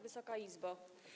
Wysoka Izbo!